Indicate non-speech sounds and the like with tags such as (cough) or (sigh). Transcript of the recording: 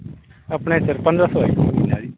ਆਪਣੇ ਸਰ (unintelligible)